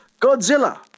Godzilla